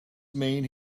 mean